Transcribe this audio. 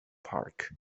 park